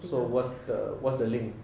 so what's the what's the link